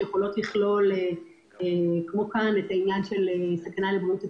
שיכולות לכלול סכנה לבריאות הציבור,